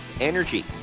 energy